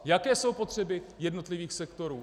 Jaké jsou potřeby jednotlivých sektorů.